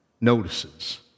notices